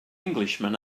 englishman